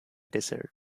desert